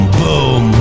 boom